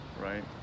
right